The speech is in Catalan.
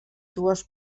dues